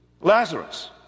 Lazarus